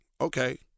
okay